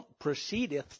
proceedeth